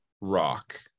rock